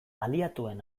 aliatuen